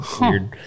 weird